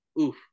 oof